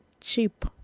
cheap